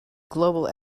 global